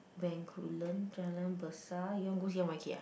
Bencoolen Jalan-Besar you want go see M_Y_K ah